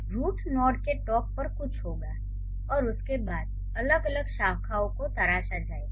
root node के top पर कुछ होगा और उसके बाद अलग अलग शाखाओं को तराशा जाएगा